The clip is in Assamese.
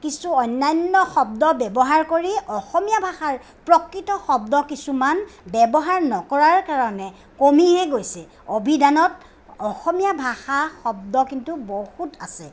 কিছু অন্যান্য শব্দ ব্যৱহাৰ কৰি অসমীয়া ভাষাৰ প্ৰকৃত শব্দ কিছুমান ব্যৱহাৰ নকৰাৰ কাৰণে কমিহে গৈছে অভিধানত অসমীয়া ভাষা শব্দ কিন্তু বহুত আছে